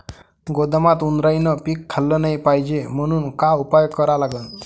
गोदामात उंदरायनं पीक खाल्लं नाही पायजे म्हनून का उपाय करा लागन?